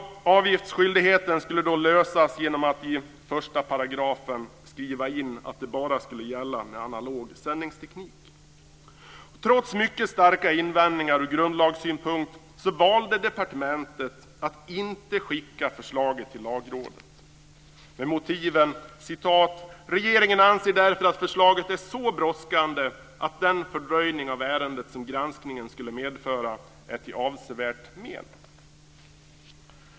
Avgiftsskyldigheten skulle lösas genom att i 1 § skriva in att det bara skulle gälla med analog sändningsteknik. Trots mycket starka invändningar från grundlagssynpunkt valde departementet att inte skicka förslaget till Lagrådet med följande motivering: "Regeringen anser därför att förslaget är så brådskande att den fördröjning av ärendet som granskningen skulle medföra är till avsevärt men."